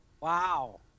Wow